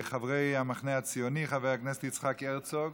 חברי המחנה הציוני: חבר הכנסת יצחק הרצוג,